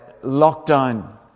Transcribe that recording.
lockdown